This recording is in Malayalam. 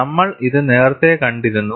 നമ്മൾ ഇത് നേരത്തെ കണ്ടിരുന്നു